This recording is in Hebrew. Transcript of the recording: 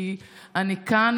כי אני כאן,